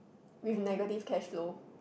with negative cashflow